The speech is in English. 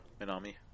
Minami